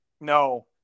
No